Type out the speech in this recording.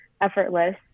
effortless